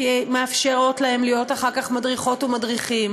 כי הן מאפשרות להם להיות אחר כך מדריכות ומדריכים